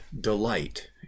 delight